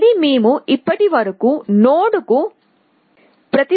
ఇది మేము ఇప్పటివరకు నోడ్కు ప్రతిపాదించిన కాస్ట్